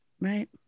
Right